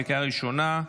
בקריאה ראשונה.